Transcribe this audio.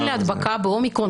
הסיכוי בהדבקה באומיקרון,